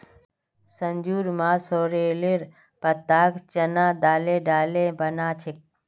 संजूर मां सॉरेलेर पत्ताक चना दाले डाले बना छेक